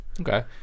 Okay